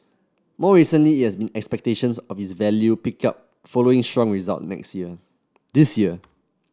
more recently it has been expectations of its value pick up following strong result next year this year